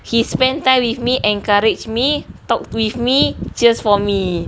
he spend time with me encouraged me talk with me cheers for me